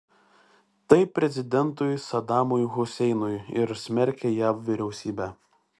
taip prezidentui sadamui huseinui ir smerkė jav vyriausybę